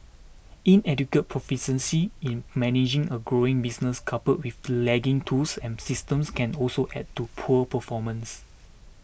inadequate proficiency in managing a growing business coupled with lagging tools and systems can also add to poor performance